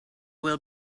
will